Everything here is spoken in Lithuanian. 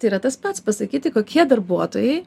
tai yra tas pats pasakyti kokie darbuotojai